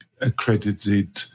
accredited